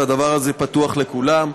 והדבר הזה פתוח לכולם.